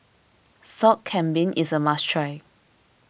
Sop Kambing is a must try